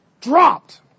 dropped